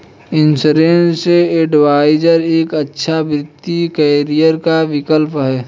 insurance advisor एक अच्छा वित्तीय करियर का विकल्प है